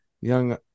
young